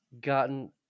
gotten